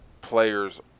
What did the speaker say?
players